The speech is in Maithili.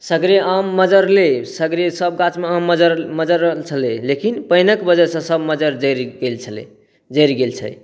सगरे आम मजरलै सगरे सब गाछमे आम मजरल छलै लेकिन पानिके वजहसँ सब मज्जर जरि गेल छलै जरि गेल छै